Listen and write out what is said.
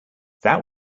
that